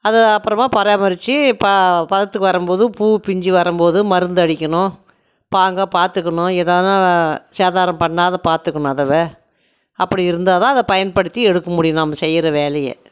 அதை அப்புறமா பராமரிச்சு ப பதத்துக்கு வரும்போது பூ பிஞ்சு வரும்போது மருந்தடிக்கணும் பாங்காக பார்த்துக்கணும் எதாதானால் சேதாரம் பண்ணாத பார்த்துக்கணும் அதை அப்படி இருந்தால் தான் அதை பயன்படுத்தி எடுக்க முடியும் நம்ம செய்கிற வேலையை